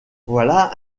voilà